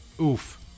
oof